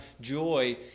joy